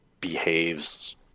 behaves